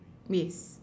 yes